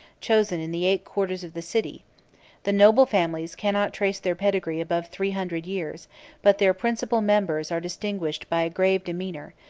chosen in the eight quarters of the city the noble families cannot trace their pedigree above three hundred years but their principal members are distinguished by a grave demeanor,